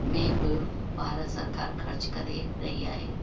में बि भारत सरकारु ख़र्च करे रही आहे